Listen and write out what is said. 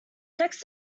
text